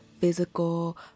physical